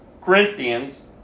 Corinthians